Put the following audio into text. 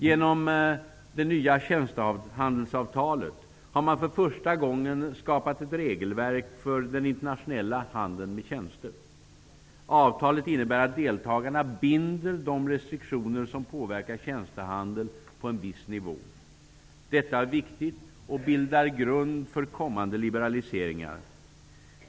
Genom det nya tjänstehandelsavtalet har man för första gången skapat ett regelverk för den internationella handeln med tjänster. Avtalet innebär att deltagarna binder de restriktioner som påverkar tjänstehandel på en viss nivå. Detta är viktigt och bildar grund för kommande liberaliseringar.